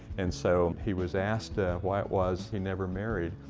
and so he was asked why it was he never married,